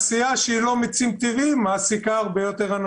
זו סוגיה כלכלית.